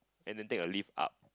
and then take a lift up